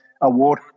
Award